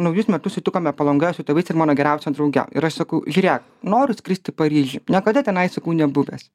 naujus metus sutikome palangoje su tėvais ir mano geriausia drauge ir aš sakau žiūrėk noriu skrist į paryžių niekada tenai sakau nebuvęs